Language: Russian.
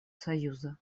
союза